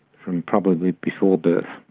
from probably before birth.